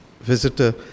visitor